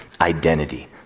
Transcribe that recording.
identity